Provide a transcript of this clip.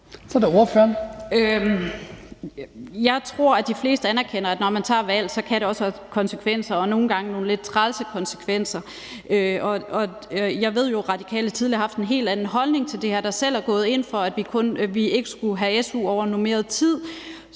Jeg tror, at de fleste anerkender, at når man tager et valg, så kan det også have konsekvenser, og nogle gange også nogle lidt trælse konsekvenser. Og jeg ved jo, at Radikale tidligere har haft en helt anden holdning til det her, og at man selv er gået ind for, at vi ikke skulle have su over normeret tid.